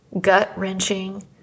gut-wrenching